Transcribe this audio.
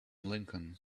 lincoln